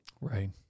Right